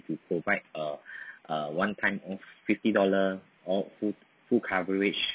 to provide uh uh one time off fifty dollar or full full coverage